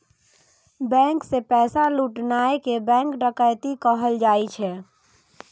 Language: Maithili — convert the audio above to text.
बैंक सं पैसा लुटनाय कें बैंक डकैती कहल जाइ छै